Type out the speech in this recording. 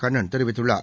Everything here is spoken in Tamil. கண்ணன் தெரிவித்துள்ளார்